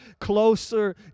closer